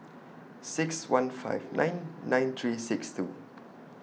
six one five nine nine three six two